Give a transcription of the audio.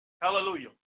Hallelujah